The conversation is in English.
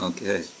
Okay